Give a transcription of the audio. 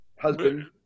husband